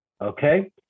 Okay